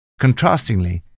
Contrastingly